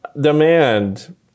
demand